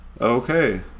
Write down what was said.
Okay